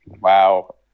Wow